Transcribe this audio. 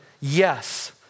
yes